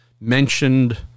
Mentioned